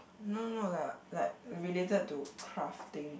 no no no like like related to craft thing